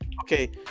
Okay